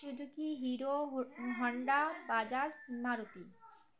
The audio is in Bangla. Suzuki Hero Honda Bajaj Maruti